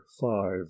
five